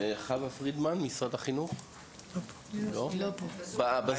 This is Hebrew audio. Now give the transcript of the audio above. חוה פרידמן, משרד החינוך, בזום.